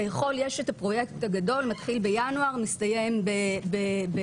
כביכול יש את הפרויקט הגדול שמתחיל בינואר ומסתיים במאי.